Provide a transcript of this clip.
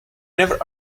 never